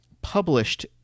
published